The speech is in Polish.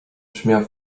brzmiał